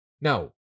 Now